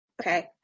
Okay